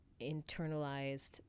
internalized